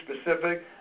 specific